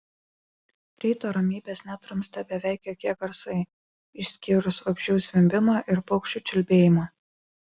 ryto ramybės nedrumstė beveik jokie garsai išskyrus vabzdžių zvimbimą ir paukščių čiulbėjimą